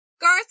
garth